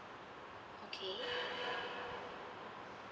okay